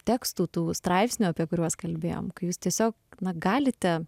tekstų tų straipsnių apie kuriuos kalbėjom kai jūs tiesiog na galite